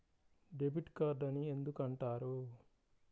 Debit card అని ఎందుకు అంటారు?